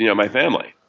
yeah my family?